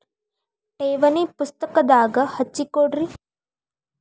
ಠೇವಣಿ ಪುಸ್ತಕದಾಗ ಹಚ್ಚಿ ಕೊಡ್ರಿ